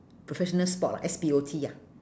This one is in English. professional spot ah S P O T ah